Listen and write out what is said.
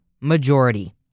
majority